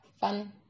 fun